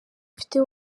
mfite